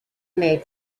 made